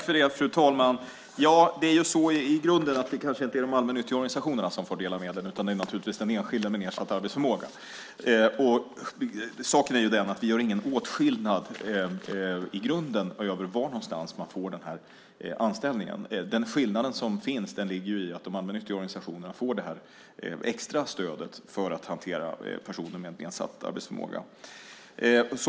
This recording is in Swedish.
Fru talman! Det kanske inte är de allmännyttiga organisationerna som får del av medlen, utan det är naturligtvis den enskilda med nedsatt arbetsförmåga. Saken är den att vi inte i grunden gör någon åtskillnad mellan var någonstans man får den här anställningen. Den skillnad som finns ligger i att de allmännyttiga organisationerna får det här extra stödet för att hantera personer med nedsatt arbetsförmåga.